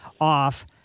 off